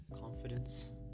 confidence